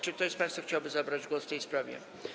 Czy ktoś z państwa chciałby zabrać głos w tej sprawie?